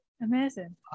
Amazing